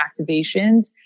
activations